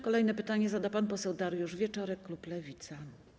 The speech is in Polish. Kolejne pytanie zada pan poseł Dariusz Wieczorek, klub Lewica.